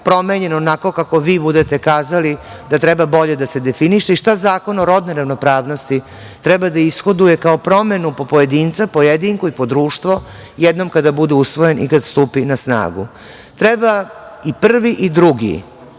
promenjen onako kako vi budete kazali da treba bolje da se definiše i šta Zakon o rodnoj ravnopravnosti treba da ishoduje kao promenu po pojedinca, pojedinku i društvo jednom kada bude usvojen i kada stupi na snagu? Treba i prvi i drugi